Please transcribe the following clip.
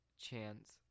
chance